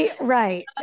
right